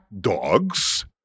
dogs